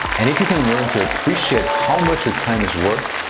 and if you can learn to appreciate how much your time is worth,